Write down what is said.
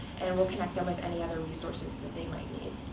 and we'll connect them with any other resources that they might need.